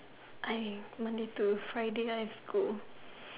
I Monday to Friday I have school